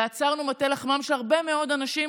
ועצרנו את מטה לחמם של הרבה מאוד אנשים